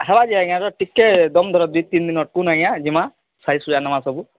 ହେବା ଯେ ଆଜ୍ଞା ତ ଟିକେ ଦମ ଧର ଦୁଇ ତିନି ଦିନ ଅଟକଉନ ଜିମା ସାଇଜ୍ ସୁଜା ନମା ସବୁ